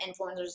influencers